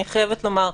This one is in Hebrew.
אני חייבת לומר,